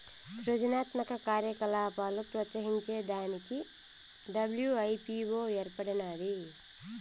సృజనాత్మక కార్యకలాపాలు ప్రోత్సహించే దానికి డబ్ల్యూ.ఐ.పీ.వో ఏర్పడినాది